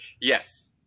Yes